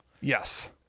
Yes